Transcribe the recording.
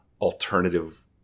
alternative